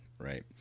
right